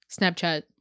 Snapchat